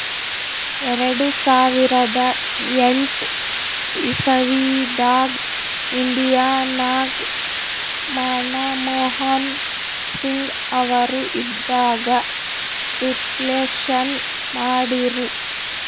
ಎರಡು ಸಾವಿರದ ಎಂಟ್ ಇಸವಿದಾಗ್ ಇಂಡಿಯಾ ನಾಗ್ ಮನಮೋಹನ್ ಸಿಂಗ್ ಅವರು ಇದ್ದಾಗ ರಿಫ್ಲೇಷನ್ ಮಾಡಿರು